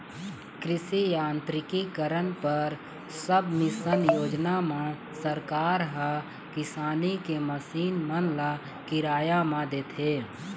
कृषि यांत्रिकीकरन पर सबमिसन योजना म सरकार ह किसानी के मसीन मन ल किराया म देथे